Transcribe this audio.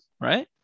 right